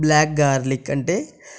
black garlic అంటే